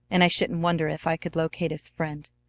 and i shouldn't wonder if i could locate his friend.